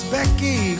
Becky